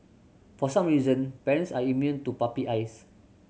for some reason parents are immune to puppy eyes